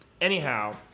anyhow